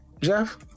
Jeff